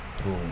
true